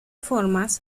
formas